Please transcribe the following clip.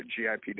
GIPW